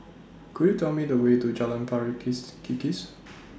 Could YOU Tell Me The Way to Jalan Pari kiss Kikis